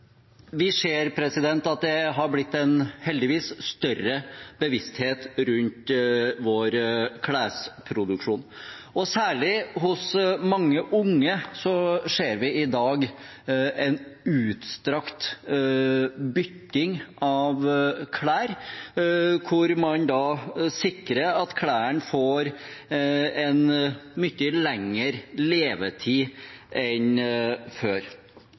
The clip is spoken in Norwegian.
Vi ser at det har blitt en – heldigvis – større bevissthet rundt vår klesproduksjon. Særlig hos mange unge ser vi i dag utstrakt bytting av klær, hvor man sikrer at klærne får en mye lengre levetid enn før.